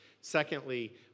Secondly